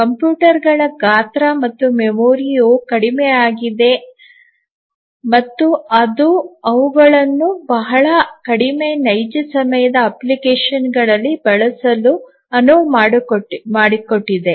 ಕಂಪ್ಯೂಟರ್ಗಳ ಗಾತ್ರ ಮತ್ತು ಮೆಮೊರಿಯು ಕಡಿಮೆಯಾಗಿದೆ ಮತ್ತು ಅವುಗಳನ್ನು ಬಹಳ ಕಡಿಮೆ ನೈಜ ಸಮಯದ ಅಪ್ಲಿಕೇಶನ್ಗಳಲ್ಲಿ ಬಳಸಲು ಅನುವು ಮಾಡಿಕೊಟ್ಟಿದೆ